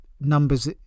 Numbers